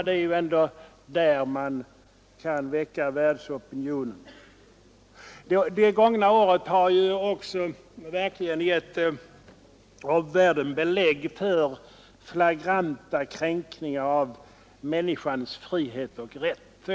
Det är ändå där vi kan skapa världsopinion. Det gångna året har verkligen gett omvärlden belägg för flagranta kränkningar av människors frihet och rätt.